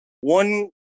one